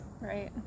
Right